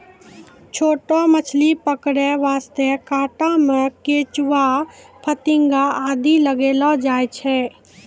छोटो मछली पकड़ै वास्तॅ कांटा मॅ केंचुआ, फतिंगा आदि लगैलो जाय छै